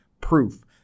Proof